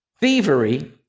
thievery